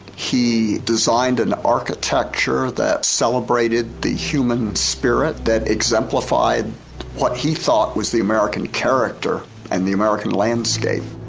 he designed an architecture that celebrated the human spirit, that exemplified what he thought was the american character and the american landscape.